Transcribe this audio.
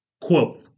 Quote